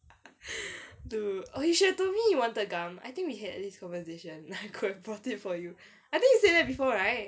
oh you should have told me you want gum I think we had this conversation I could brought it for you I think you said that before right